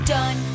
Done